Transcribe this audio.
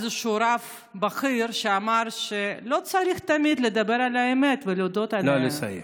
איזשהו רב בכיר אמר שלא צריך תמיד לדבר על האמת ולהודות על האמת.